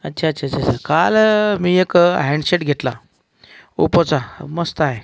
अच्छा अच्छा च्छा काल मी एक हँडसेट घेतला ओपोचा मस्त आहे